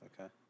Okay